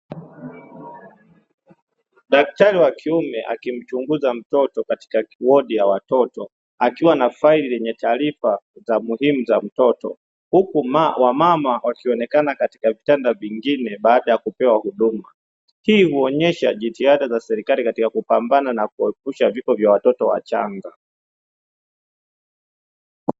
Daktari wa kiume akimchunguza mtoto katika wodi ya watoto akiwa na faili lenye taarifa za muhimu za mtoto, huku wamama wakionekana katika vitanda vingine baada ya kupewa huduma. Hii inaonyesha jitihada za serikali katika kupambana na kuepusha vifo vya watoto wachanga.